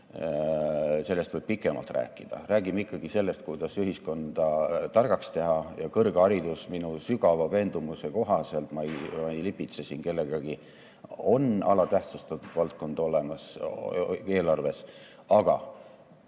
Sellest võiks pikemalt rääkida. Räägime ikkagi sellest, kuidas ühiskonda targaks teha. Kõrgharidus minu sügava veendumuse kohaselt, ma ei lipitse siin kellegi ees, on alatähtsustatud valdkond eelarves. Aga